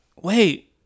wait